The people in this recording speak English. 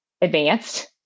advanced